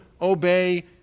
obey